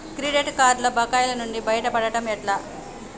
Credit కార్డుల బకాయిల నుండి బయటపడటం ఎట్లా?